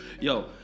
Yo